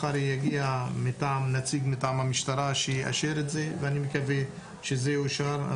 מחר יגיע נציג מטעם המשטרה שיאשר את זה ואני מקווה שזה יאושר,